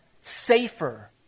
safer